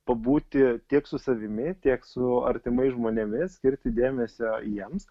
pabūti tiek su savimi tiek su artimais žmonėmis skirti dėmesio jiems